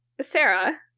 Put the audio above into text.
sarah